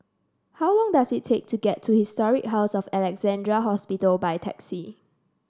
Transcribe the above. how long does it take to get to Historic House of Alexandra Hospital by taxi